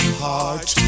heart